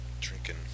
Drinking